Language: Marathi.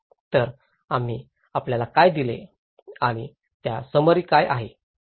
तर आम्ही आपल्याला काय दिले आणि त्या समरी काय आहे